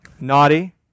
naughty